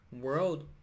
world